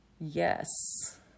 Yes